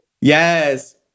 Yes